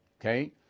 Okay